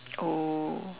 oh